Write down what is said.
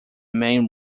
main